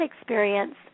experience